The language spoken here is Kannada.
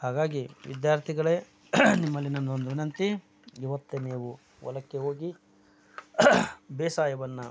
ಹಾಗಾಗಿ ವಿದ್ಯಾರ್ಥಿಗಳೇ ನಿಮ್ಮಲ್ಲಿ ನನ್ನದೊಂದು ವಿನಂತಿ ಇವತ್ತೇ ನೀವು ಹೊಲಕ್ಕೆ ಹೋಗಿ ಬೇಸಾಯವನ್ನು